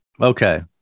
Okay